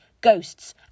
ghosts